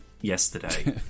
yesterday